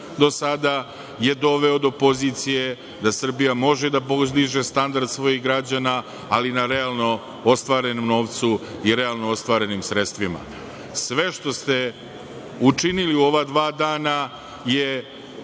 do sada je doveo do pozicije da Srbija može da uzdiže standard svojih građana ali na realno ostvarenom novcu i realno ostvarenim sredstvima. Sve što ste učinili u ova dva dana je